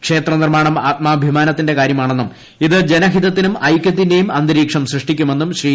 ക്ഷേത്ര നിർമ്മാണം ആത്മാഭിമാനത്തിന്റെ കാര്യമാണെന്നും ഇത് ജനഹിതത്തിനും ഐക്യത്തിന്റേയും അന്തരീക്ഷം സൃഷ്ടിക്കുമെന്നും ശ്രീ